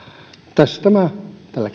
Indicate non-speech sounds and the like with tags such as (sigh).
tässä tämä tällä (unintelligible)